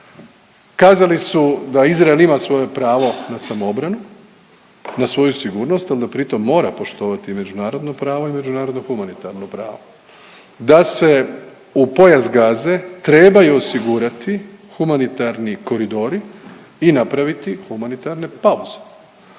kazali su da Izrael ima svoje prvo na samoobranu, na svoju sigurnost ali da pritom mora poštovati i međunarodno pravo i međunarodno humanitarno pravo, da se u pojas Gaze trebaju osigurati humanitarni koridori i napravi humanitarne pauze.